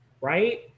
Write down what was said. right